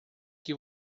que